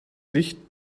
nicht